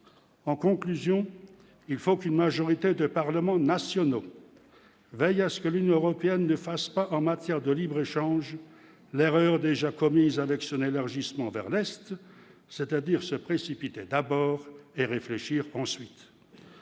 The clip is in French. en conclusion : il faut qu'une majorité des parlements nationaux veillent à ce que l'Union européenne de pas en matière de libre-échange, l'erreur déjà commise indexe n'élargissement vers l'Est, c'est-à-dire se précipiter d'abord et réfléchir ensuite